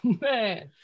man